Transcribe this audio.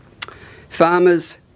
Farmers